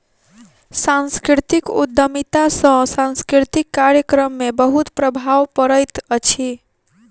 सांस्कृतिक उद्यमिता सॅ सांस्कृतिक कार्यक्रम में बहुत प्रभाव पड़ैत अछि